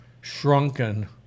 shrunken